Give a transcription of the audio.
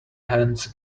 hands